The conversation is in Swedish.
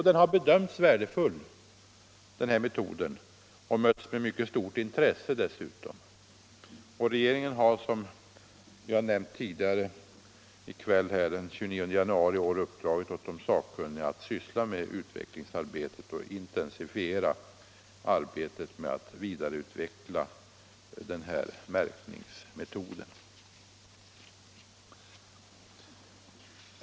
Den har bedömts som värdefull och mötts med mycket stort intresse. Regeringen har, som jag nämnt tidigare här i kväll, den 29 januari i år uppdragit åt de sakkunniga som sysslar med denna fråga att intensifiera arbetet med att vidareutveckla denna märkningsmetod.